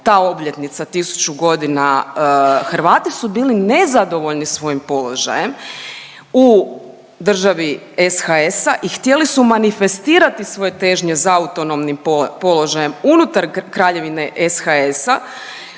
ta obljetnica 1000 godina, Hrvati su bili nezadovoljni svojim položajem u državi SHS-a i htjeli su manifestirati svoje težnje za autonomnim položajem unutar kraljevine SHS-a.